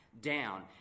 down